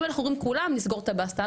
אם אנחנו אומרים כולם, נסגור את הבסטה.